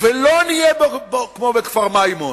ולא נהיה כמו בכפר-מימון.